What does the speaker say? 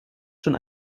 schon